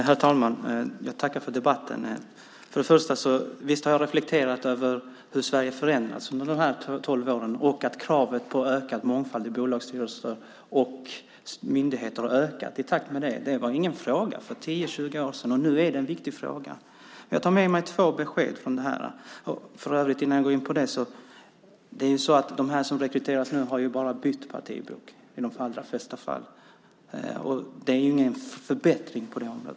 Herr talman! Jag tackar för debatten. Visst har jag reflekterat över hur Sverige har förändrats under de här tolv åren och över att kravet på ökad mångfald i bolagsstyrelser och myndigheter har ökat i takt med det. Det var ingen fråga för 10-20 år sedan, och nu är det är en viktig fråga. Jag tar med mig två besked härifrån. Jag vill för övrigt, innan jag går in på det, säga att de som rekryteras nu i de allra flesta fall bara har bytt partibok. Det är ingen förbättring på det området.